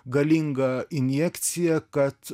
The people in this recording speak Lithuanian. galinga injekcija kad